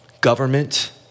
government